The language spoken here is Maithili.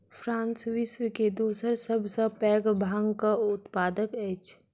फ्रांस विश्व के दोसर सभ सॅ पैघ भांगक उत्पादक अछि